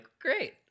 great